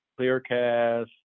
Clearcast